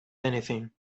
anything